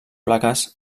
plaques